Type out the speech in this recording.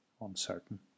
uncertain